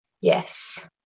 yes